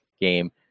game